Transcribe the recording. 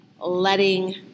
letting